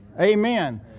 Amen